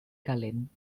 calent